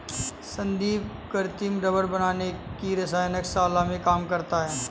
संदीप कृत्रिम रबड़ बनाने की रसायन शाला में काम करता है